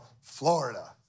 Florida